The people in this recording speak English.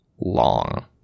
long